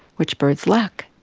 which birds lack,